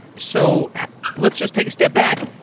so let's just take a step back,